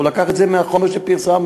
הוא לקח את זה מהחומר שפרסמנו,